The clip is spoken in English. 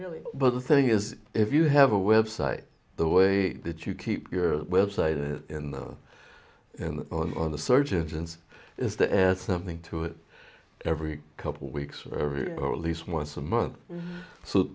really but the thing is if you have a website the way that you keep your website is in the on and on on the search engines is the air something to it every couple weeks or every hour at least once a month